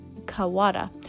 Kawada